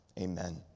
Amen